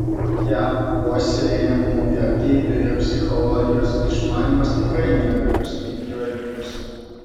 jav puoselėjamų vertybių ir psichologijos išmanymas tikrai nėra jo stiprioji pusė